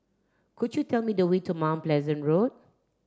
could you tell me the way to Mount Pleasant Road